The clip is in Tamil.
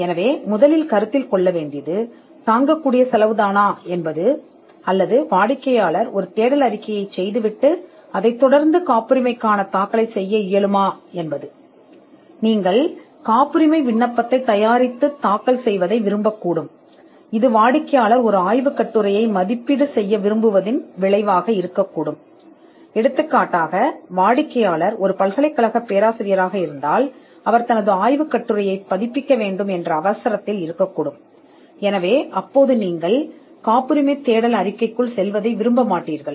எனவே முதலில் கருத்தில் கொள்ள வேண்டியது மலிவு அல்லது காப்புரிமை விண்ணப்பத்தை தாக்கல் செய்வதன் மூலம் வாடிக்கையாளர் ஒரு தேடல் அறிக்கையை வாங்க முடியுமா என்பது நீங்கள் காப்புரிமை விண்ணப்பத்தைத் தயாரித்து தாக்கல் செய்வீர்கள் இது ஒரு விளைவாக இருக்கலாம் வாடிக்கையாளர் ஒரு பல்கலைக்கழகத்தில் பேராசிரியராக இருந்தால் அவர் தனது காகிதத்தை வெளியிட அவசரப்படலாம் என்று சொல்வது போன்ற ஒரு காகிதத்தை வெளியிட விரும்பும் வாடிக்கையாளர்